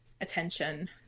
attention